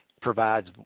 provides